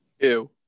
Ew